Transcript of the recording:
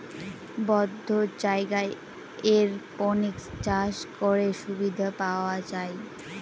বদ্ধ জায়গায় এরপনিক্স চাষ করে সুবিধা পাওয়া যায়